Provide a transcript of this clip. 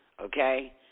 Okay